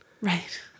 Right